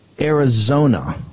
Arizona